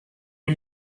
est